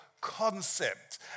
concept